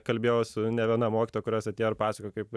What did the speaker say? kalbėjau su ne viena mokytoja kurios atėjo ar pasakojo kaip